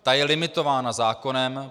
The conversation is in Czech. Ta je limitována zákonem.